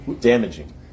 damaging